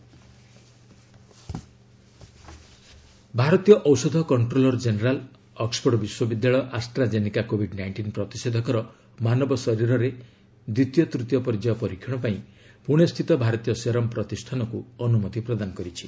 ଡିକିସିଆଇ approval ଭାରତୀୟ ଔଷଧ controller general' Oxford ବିଶ୍ୱବିଦ୍ୟାଳୟ ଆଷ୍ଟ୍ରା ଜେନିକା କୋଭିଡ୍ ନାଇଷ୍ଟିନ୍ ପ୍ରତିଷେଧକର ମାନବ ଶରୀରରେ ଦ୍ୱିତୀୟତୃତୀୟ ପର୍ଯ୍ୟାୟ ପରୀକ୍ଷଣ ପାଇଁ ପୁଣେ ସ୍ଥିତ ଭାରତୀୟ ସେରମ୍ ପ୍ରତିଷ୍ଠାନକୁ ଅନୁମତି ପ୍ରଦାନ କରିଛି